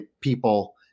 people